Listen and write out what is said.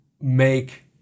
make